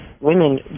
women